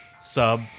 sub